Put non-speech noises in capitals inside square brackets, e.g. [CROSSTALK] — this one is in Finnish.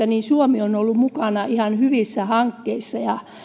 [UNINTELLIGIBLE] niin suomi on ollut mukana ihan hyvissä hankkeissa